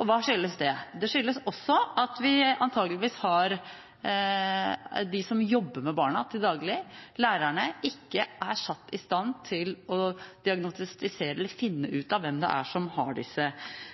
Hva skyldes det? Det skyldes antageligvis også at de som jobber med barna til daglig, lærerne, ikke er satt i stand til å diagnostisere eller finne ut av hvem det er som har disse